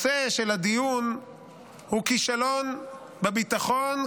נושא הדיון הוא כישלון בביטחון,